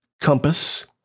Compass